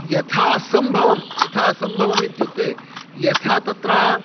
यथा सम्भवं यथासम्भवम् इत्युक्ते यथा तत्र